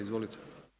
Izvolite.